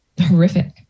horrific